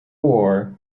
war